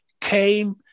came